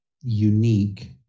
unique